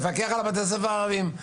לפקח על בתי הספר הערביים,